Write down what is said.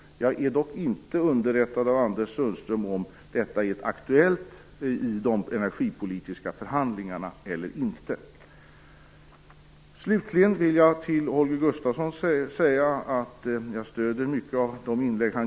Jag är dock inte underrättad av Anders Sundström om detta är aktuellt i de energipolitiska förhandlingarna eller inte. Slutligen vill jag till Holger Gustafsson säga att jag stöder mycket i hans inlägg.